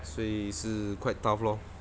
所以是 quite tough lor